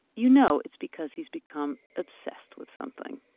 you know it's because he's become obsessed with something